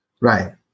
Right